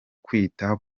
kwita